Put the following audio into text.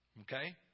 Okay